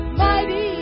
mighty